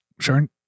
Sure